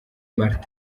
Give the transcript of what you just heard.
martin